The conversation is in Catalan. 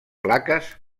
plaques